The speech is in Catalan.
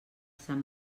sant